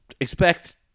expect